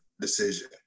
decision